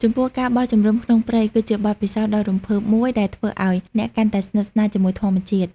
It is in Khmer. ចំពោះការបោះជំរុំក្នុងព្រៃ គឺជាបទពិសោធន៍ដ៏រំភើបមួយដែលធ្វើឲ្យអ្នកកាន់តែស្និទ្ធស្នាលជាមួយធម្មជាតិ។